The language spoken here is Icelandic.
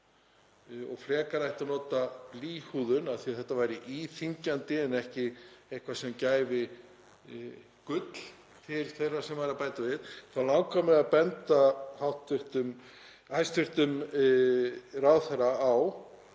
og frekar ætti að nota blýhúðun af því að þetta væri íþyngjandi en ekki eitthvað sem gæfi gull til þeirra sem væru að bæta við. Þá langar mig að benda hæstv. ráðherra á